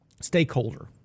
Stakeholder